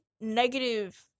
negative